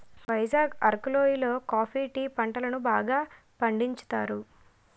వైజాగ్ అరకు లోయి లో coffee tea పంటలను బాగా పండించుతారు